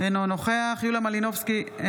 אינו נוכח יוליה מלינובסקי,